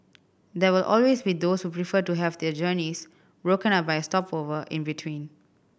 there will always be those who prefer to have their journeys broken up by a stopover in between